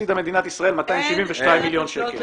הפסידה מדינת ישראל 272 מיליון שקלים.